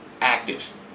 Active